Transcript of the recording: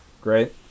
great